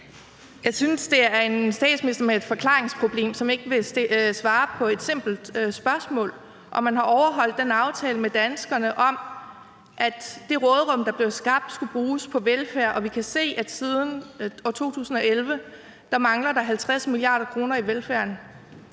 Jeg synes, at det er en statsminister med et forklaringsproblem, som ikke vil svare på et simpelt spørgsmål om, om man har overholdt den aftale med danskerne om, at det råderum, der blev skabt, skulle bruges på velfærd. Vi kan se, at siden år 2011 mangler der 50 mia. kr. i velfærden.